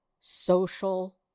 social